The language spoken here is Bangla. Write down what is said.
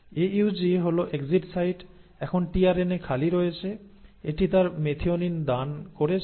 AUG হল এক্সিট সাইট এখন টিআরএনএ খালি রয়েছে এটি তার মেথিওনিন দান করেছে